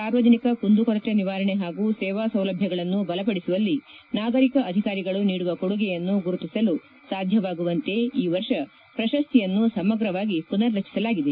ಸಾರ್ವಜನಿಕ ಕುಂದು ಕೊರತೆ ನಿವಾರಣೆ ಹಾಗೂ ಸೇವಾ ಸೌಲಭ್ಯಗಳನ್ನು ಬಲಪಡಿಸುವಲ್ಲಿ ನಾಗರಿಕ ಅಧಿಕಾರಿಗಳು ನೀಡುವ ಕೊಡುಗೆಯನ್ನು ಗುರುತಿಸಲು ಸಾಧ್ಯವಾಗುವಂತೆ ಈ ವರ್ಷ ಪ್ರಶಸ್ತಿಯನ್ನು ಸಮಗ್ರವಾಗಿ ಪುನರ್ ರಚಿಸಲಾಗಿದೆ